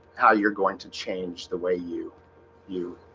how you're going to change the way you you?